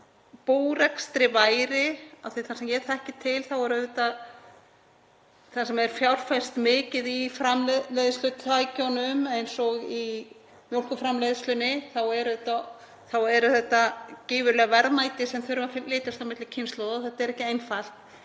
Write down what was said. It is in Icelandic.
á búrekstri er, af því að þar sem ég þekki til þar sem er fjárfest mikið í framleiðslutækjunum, eins og í mjólkurframleiðslunni, þá eru þetta gífurleg verðmæti sem þurfa að flytjast á milli kynslóða. Þetta er ekki einfalt.